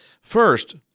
First